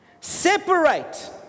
Separate